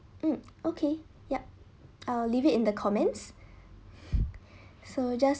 um okay yup I'll leave it in the comments so just